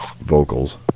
vocals